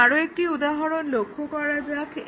এখন আরও একটি উদাহরণ লক্ষ্য করা যাক